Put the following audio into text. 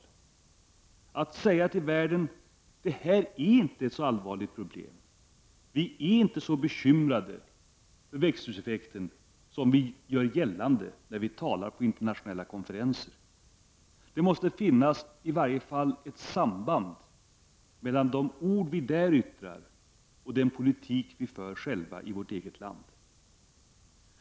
Det vore att säga till världen att detta inte är ett så allvarligt problem, att vi inte är så bekymrade för drivhuseffekten som vi gör gällande när vi talar på internationella konferenser. Det måste finnas ett samband mellan de ord vi där yttrar och den politik vi för själva i vårt eget land.